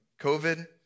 COVID